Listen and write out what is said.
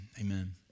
amen